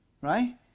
right